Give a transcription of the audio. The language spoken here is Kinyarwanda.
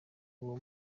uwo